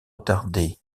retardés